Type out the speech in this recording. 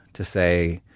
to say